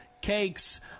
cakes